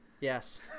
Yes